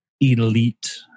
elite